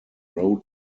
road